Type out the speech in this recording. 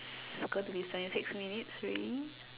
it's gonna be seventy six minutes already